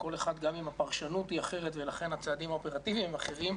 גם אם הפרשנות היא אחרת ולכן הצעדים האופרטיביים אחרים,